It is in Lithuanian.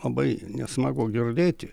labai nesmagu girdėti